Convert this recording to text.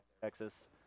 Texas